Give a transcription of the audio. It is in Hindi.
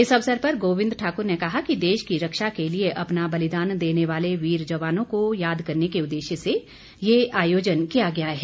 इस अवसर पर गोविंद ठाकर ने कहा कि देश की रक्षा के लिए अपना बलिदान देने वाले वीर जवानों को याद करने के उद्देश्य से ये आयोजन किया गया है